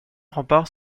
remparts